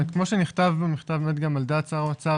כמו שנכתב במכתב וגם על דעת שר האוצר